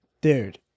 Dude